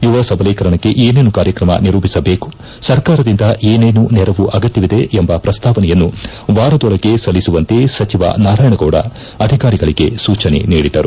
ಯುವ ಸಬಲೀಕರಣಕ್ಕೆ ಏನೇನು ಕಾರ್ಯಕ್ರಮ ನಿರೂಪಿಸಬೇಕು ಸರ್ಕಾರದಿಂದ ಏನೇನು ನೆರವು ಅಗತ್ನವಿದೆ ಎಂಬ ಪ್ರಸ್ತಾವನೆಯನ್ನು ವಾರದೊಳಗೆ ಸಲ್ಲಿಸುವಂತೆ ಸಚವ ನಾರಾಯಣಗೌಡ ಅಧಿಕಾರಿಗಳಗೆ ಸೂಚನೆ ನೀಡಿದರು